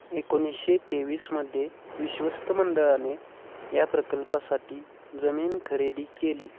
एकोणीसशे तेवीसमध्ये विश्वस्तमंडळाने या प्रकल्पासाठी जमीन खरेदी केली